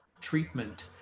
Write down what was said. treatment